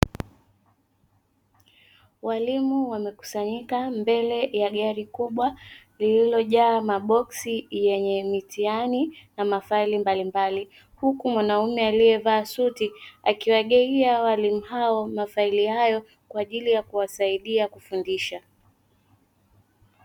Walimu wamekusanyika mbele ya gari kubwa lililojaa maboksi yenye mitihani na mafaili mbalimbali huku mwanaume aliyevaa suti akiwagaiya walimu hao mafaili hayo kwa ajili ya kuwasaidia kufundisha.